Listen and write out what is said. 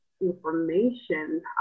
information